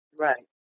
Right